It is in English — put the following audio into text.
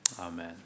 Amen